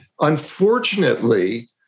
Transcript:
Unfortunately